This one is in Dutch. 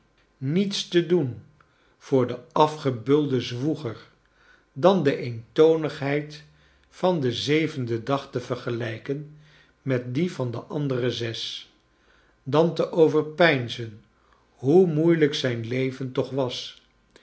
niets te doen voor den afgebeulden zwoeger dan de eentonigheid van den zevenden dag te vergekjken met die van de andere zes dan te overpeinzen hoe moeilijk zijn leven toch was